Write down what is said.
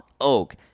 Oak